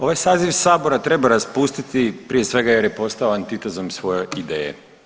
Ovaj saziv Sabora treba raspustiti prije svega jer je postao antitezom svoje ideje.